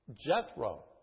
Jethro